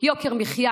יוקר מחיה,